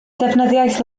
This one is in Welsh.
defnyddiais